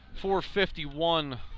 451